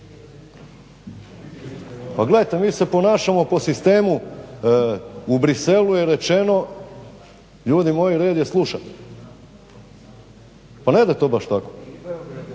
Pa gledajte, mi se ponašamo po sistemu u Bruxellesu je rečeno, ljudi moji red je slušat. Pa ne ide to baš tako.